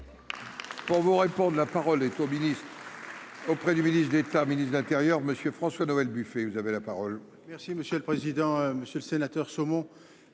Pour vous répondre, la parole est auprès du ministre de l'État et du ministre de l'Intérieur. Monsieur François-Noël Buffet, vous avez la parole.